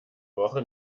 woche